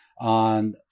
on